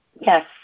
Yes